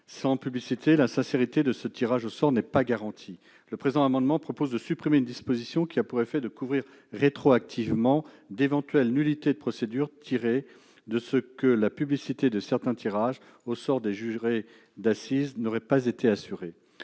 Sans publicité, la sincérité de ce tirage au sort n'est pas garantie. Le présent amendement vise à supprimer une disposition qui a pour effet de couvrir rétroactivement d'éventuelles nullités de procédure tirées de ce que la publicité de certains tirages au sort de jurés d'assises n'aurait pas été assurée.